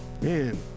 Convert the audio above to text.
Man